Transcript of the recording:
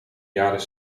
jaren